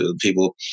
people